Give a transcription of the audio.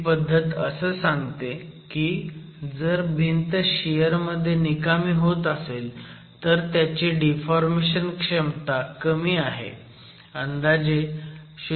ही पद्धत असं सांगते की जर भिंत शियर मध्ये निकामी होत असेल तर त्याची डिफॉर्मेशन क्षमता कमी आहे अंदाजे 0